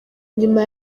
nyuma